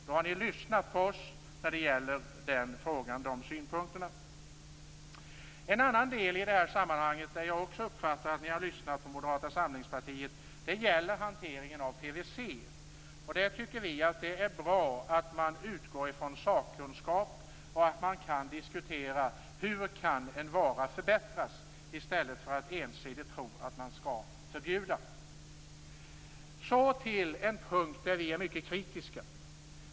Då har ni lyssnat på våra synpunkter i denna fråga. En annan del i det här sammanhanget, där jag också uppfattat att ni lyssnat på Moderata samlingspartiet, gäller hanteringen av PVC. Vi tycker att det är bra att man utgår från sakkunskap och att man diskuterar hur en vara kan förbättras i stället för att ensidigt tycka att den skall förbjudas. Så till en punkt där vi är mycket kritiska.